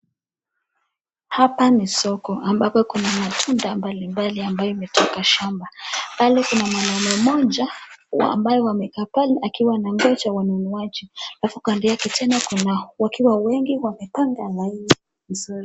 Hapa ni soko ambapo kuna matunda mbalimbali ambayo imetoka shamba. Pale kuna mnaume mmoja ambao amekaa pale akiwa anangoja wanunuaji halafu kando yake tena kuna wakiwa wengi wamepanga laini.